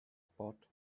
spot